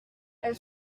elle